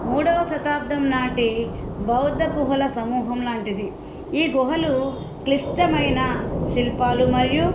మూడవ శతాబ్దం నాటి బౌద్ధ గుహల సమూహం లాంటిది ఈ గుహలు క్లిష్టమైన శిల్పాలు మరియు